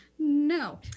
No